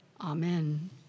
Amen